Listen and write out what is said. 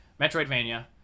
metroidvania